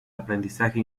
aprendizaje